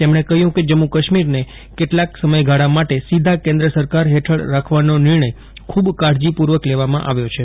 તેમણે કહ્યું કે જમ્મુ કાશ્મીરને કેટલાક સમયગાળા માટે સીધા કેન્દ્ર સરકાર હેઠળ રાખવાનો નિર્ણય ખૂબ કાળજીપૂર્વક લેવામાં આવ્યો છે